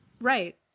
Right